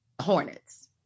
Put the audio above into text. Hornets